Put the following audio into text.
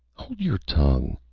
hold your tongue.